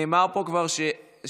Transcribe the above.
נאמר פה כבר שהמסך